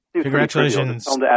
Congratulations